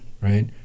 right